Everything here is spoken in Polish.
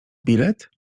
bilet